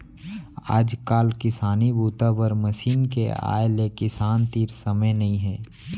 आजकाल किसानी बूता बर मसीन के आए ले किसान तीर समे नइ हे